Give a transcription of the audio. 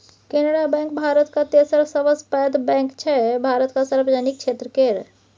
Canara bank भारतक तेसर सबसँ पैघ बैंक छै भारतक सार्वजनिक क्षेत्र केर